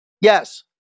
yes